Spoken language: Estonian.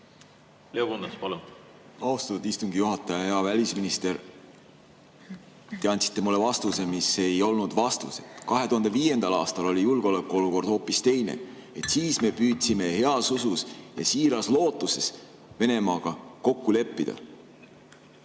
Leo Kunnas, palun! Austatud istungi juhataja! Hea välisminister! Te andsite mulle vastuse, mis ei olnud vastus. 2005. aastal oli julgeolekuolukord hoopis teine. Siis me püüdsime heas usus ja siiras lootuses Venemaaga kokku leppida.